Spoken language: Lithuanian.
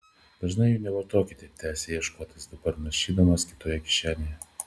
dažnai jų nevartokite tęsė ieškotojas dabar naršydamas kitoje kišenėje